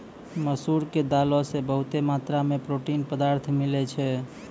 मसूर के दालो से बहुते मात्रा मे पौष्टिक पदार्थ मिलै छै